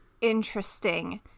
Interesting